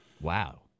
Wow